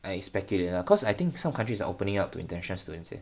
I speculate lah cause I think some countries are opening up to international students eh